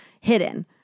hidden